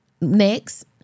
Next